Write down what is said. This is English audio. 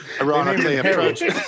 ironically